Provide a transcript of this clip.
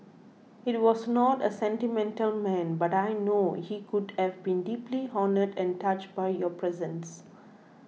he was not a sentimental man but I know he would have been deeply honoured and touched by your presence